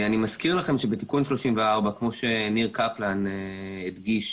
אני מזכיר לכם שבתיקון 34 - כמו שניר קפלן הדגיש